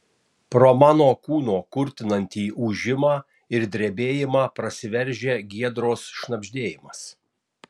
pro mano kūno kurtinantį ūžimą ir drebėjimą prasiveržia giedros šnabždėjimas